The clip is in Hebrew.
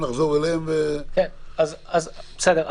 בסדר.